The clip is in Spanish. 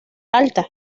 alta